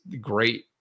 great